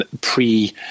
pre